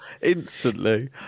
Instantly